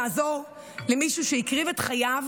לעזור למישהו שהקריב את חייו